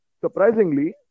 surprisingly